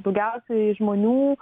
daugiausiai žmonių